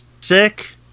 sick